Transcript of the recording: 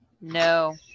No